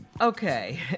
okay